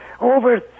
over